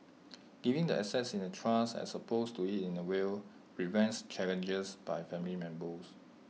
giving the assets in A trust as opposed to in A will prevents challenges by family members